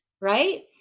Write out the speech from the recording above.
right